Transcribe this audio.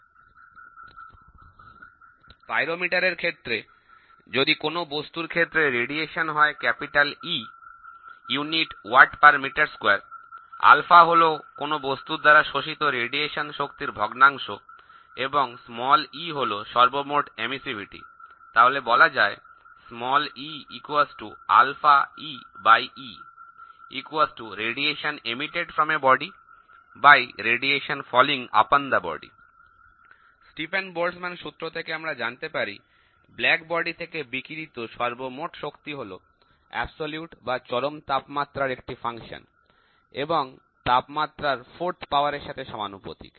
তাপ পরিমাপক যন্ত্র এর ক্ষেত্রে যদি কোন বস্তুর ক্ষেত্রে বিকিরণ হয় E Wm2 𝞪 হল কোন বস্তু দ্বারা শোষিত রেডিয়েশন শক্তির ভগ্নাংশ এবং e হল সর্বমোট এমিসিভিটি তাহলে বলা যায় স্টিফেন বল্টজম্যান সূত্র থেকে আমরা জানতে পারি কাল শরীর থেকে বিকিরিত সর্বমোট শক্তি হল চরম তাপমাত্রার একটি অপেক্ষক এবং তাপমাত্রার চতুর্থ ঘাত এর সাথে সমানুপাতিক